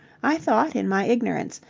i thought, in my ignorance,